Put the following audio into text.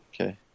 Okay